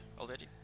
already